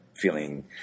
feeling